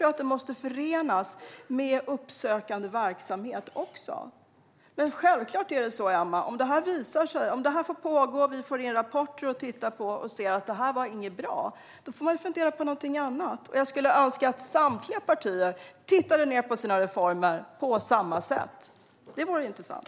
dock att det måste förenas med uppsökande verksamhet. Självklart är det så, Emma Henriksson, att om detta får pågå och vi får in rapporter och ser att det här inte var något bra får vi fundera på något annat. Jag skulle önska att samtliga partier tittade på sina reformer på samma sätt - det vore intressant.